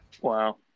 wow